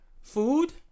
food